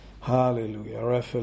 Hallelujah